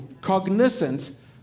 cognizant